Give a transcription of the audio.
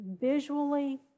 visually